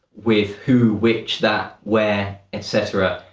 with who, which, that, where, etc,